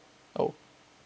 oh